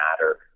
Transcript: matter